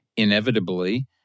inevitably